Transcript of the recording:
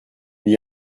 n’y